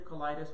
colitis